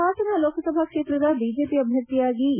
ಹಾಸನ ಲೋಕಸಭಾ ಕ್ಷೇತ್ರದ ಬಿಜೆಪಿ ಅಭ್ಯರ್ಥಿಯಾಗಿ ಎ